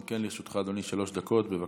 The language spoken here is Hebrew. גם לרשותך שלוש דקות, בבקשה.